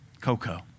Coco